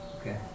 Okay